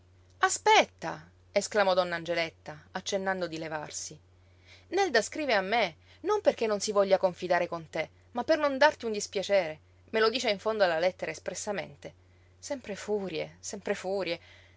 aspetta esclamò donna angeletta accennando di levarsi nelda scrive a me non perché non si voglia confidare con te ma per non darti un dispiacere me lo dice in fondo alla lettera espressamente sempre furie sempre furie